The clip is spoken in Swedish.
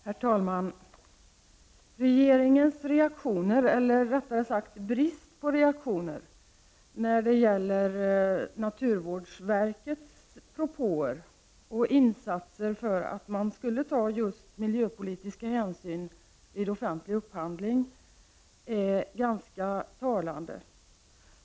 Herr talman! Regeringens reaktioner eller rättare sagt brist på reaktioner när det gäller naturvårdsverkets propåer och insatser för att man skulle ta just miljöpolitiska hänsyn vid offentlig upphandling är ganska talande.